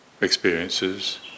experiences